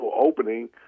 opening